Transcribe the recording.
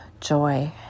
joy